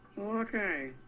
Okay